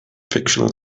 fictional